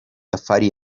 affari